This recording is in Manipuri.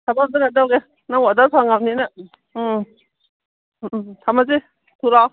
ꯊꯝꯃꯣ ꯑꯃꯨꯛꯇ ꯀꯩꯅꯣ ꯇꯧꯒꯦ ꯅꯪ ꯑꯣꯗꯔ ꯐꯪꯂꯕꯅꯤꯅ ꯎꯝ ꯎꯝ ꯊꯝꯂꯁꯤ ꯊꯨꯅ ꯂꯥꯛꯑꯣ